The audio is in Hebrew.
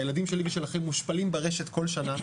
הילדים שלי ושלכם מושפלים ברשת כל שנה,